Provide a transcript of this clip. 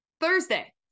Thursday